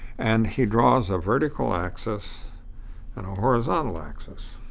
and he draws a vertical axis and a horizontal axis.